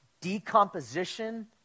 decomposition